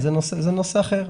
זה נושא אחר.